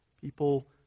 people